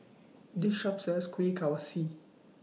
This Shop sells Kuih